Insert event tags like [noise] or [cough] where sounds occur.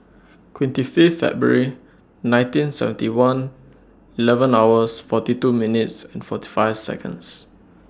[noise] twenty Fifth February nineteen seventy one eleven hours forty two minutes and forty five Seconds